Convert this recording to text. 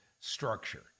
structure